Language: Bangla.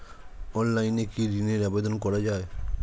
অনলাইনে কি ঋণের আবেদন করা যায়?